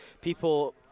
people